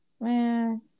man